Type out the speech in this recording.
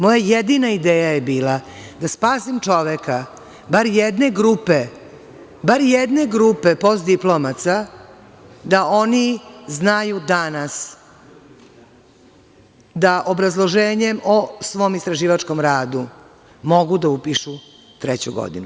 Moja jedina ideja je bila da spasim čoveka bar jedne grupe postdiplomaca da oni znaju danas da obrazloženjem o svom istraživačkom radu mogu da upišu treću godinu.